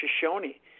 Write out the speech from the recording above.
Shoshone